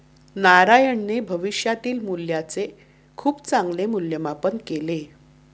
नारायणने भविष्यातील मूल्याचे खूप चांगले मूल्यमापन केले